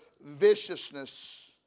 viciousness